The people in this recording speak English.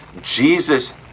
Jesus